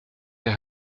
der